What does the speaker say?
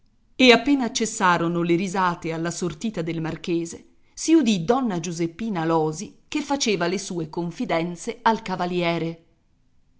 e appena cessarono le risate alla sortita del marchese si udì donna giuseppina alòsi che faceva le sue confidenze al cavaliere